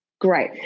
great